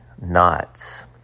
knots